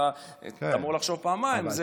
אתה אמור לחשוב פעמיים.